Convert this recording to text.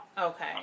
Okay